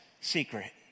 secret